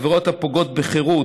עבירות הפוגעות בחירות,